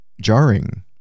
jarring